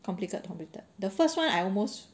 completed completed the first one I almost